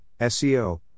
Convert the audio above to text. SEO